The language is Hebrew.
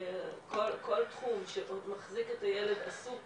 כל תחום שמחזיק את הילד עסוק